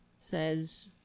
says